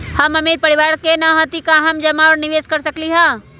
हम अमीर परिवार से न हती त का हम जमा और निवेस कर सकली ह?